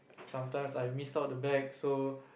sometimes I missed out the bags so